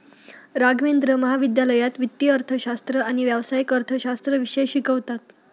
राघवेंद्र महाविद्यालयात वित्तीय अर्थशास्त्र आणि व्यावसायिक अर्थशास्त्र विषय शिकवतात